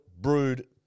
brewed